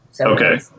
Okay